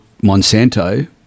Monsanto